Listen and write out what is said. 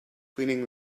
cleaning